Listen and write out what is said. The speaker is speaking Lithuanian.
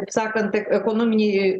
kaip sakant e ekonominiai